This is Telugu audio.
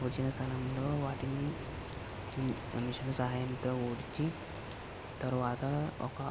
వచ్చిన స్థలంలో వాటిని మిషన్ సహాయంతో ఊడ్చి తరువాత ఒక